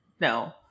No